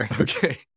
Okay